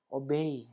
obey